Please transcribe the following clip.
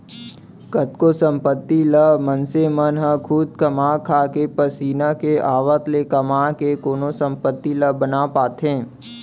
कतको संपत्ति ल मनसे मन ह खुद कमा खाके पसीना के आवत ले कमा के कोनो संपत्ति ला बना पाथे